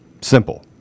simple